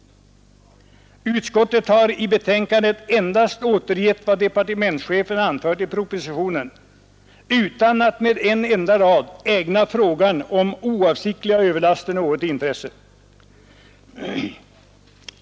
Utskottet har i betänkandet endast återgett vad departementschefen anfört i propositionen, utan att med en rad ägna frågan om oavsiktliga överlaster något intresse.